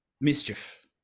mischief